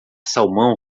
salmão